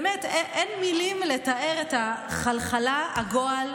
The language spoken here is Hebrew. באמת אין מילים לתאר את החלחלה, הגועל,